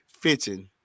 fitting